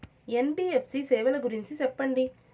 NBFC సేవల గురించి సెప్పండి?